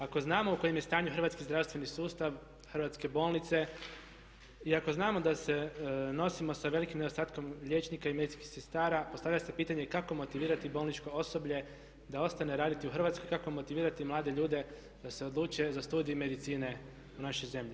Ako znamo u kojem je stanju hrvatski zdravstveni sustav, hrvatske bolnice i ako znamo da se nosimo sa velikim nedostatkom liječnika i medicinskih sestara postavlja se pitanje kako motivirati bolničko osoblje da ostane raditi u Hrvatskoj, kako motivirati mlade ljude da se odluče za studij medicine u našoj zemlji.